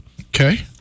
Okay